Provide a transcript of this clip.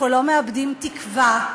אנחנו לא מאבדים תקווה,